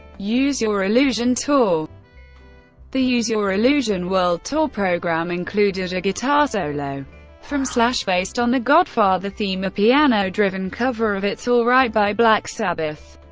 use your illusion tour the use your illusion world tour program included a guitar solo from slash based on the godfather theme, a piano-driven cover of it's alright by black sabbath,